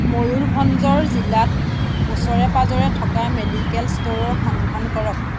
ময়ুৰভঞ্জৰ জিলাত ওচৰে পাঁজৰে থকা মেডিকেল ষ্ট'ৰৰ সন্ধান কৰক